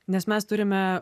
nes mes turime